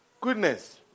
goodness